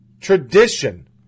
tradition